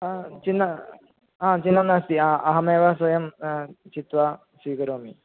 ह चिन्ता हा चिन्ता नास्ति अहमेव स्वयं चित्वा स्वीकरोमि